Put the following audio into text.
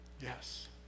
Yes